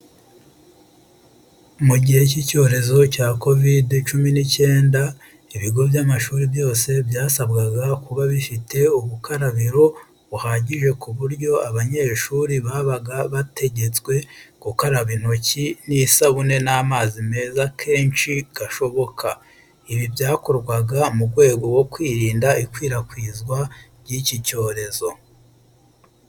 Mu gihe cy'icyorezo cya Kovide cumi n'icyenda, ibigo by'amashuri byose byasabwaga kuba bifite ubukarabiro buhagije ku buryo abanyesguri babaga bategetswe gukaraba intoki n'isabune n'amazi meza kenshi gashoboka. Ibi byakorwaga mu rwego rwo kwirinda ikwirakwizwa ry'iki cyorezo.